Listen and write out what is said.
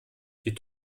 die